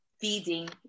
feeding